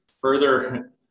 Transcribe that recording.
further